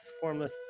formless